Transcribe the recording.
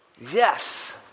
Yes